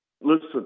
listen